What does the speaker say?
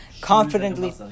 confidently